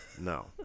no